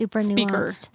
speaker